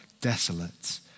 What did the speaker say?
desolate